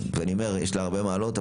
ואני אומר יש לה הרבה מעלות,